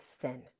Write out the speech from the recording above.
sin